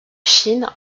chine